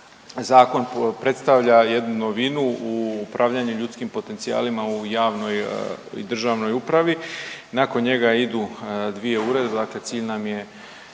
zakon predstavlja jednu novinu u upravljanju ljudskim potencijalima u javnoj i državnoj upravi, nakon njega idu dvije uredbe, dakle cilj nam je